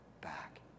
back